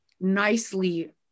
nicely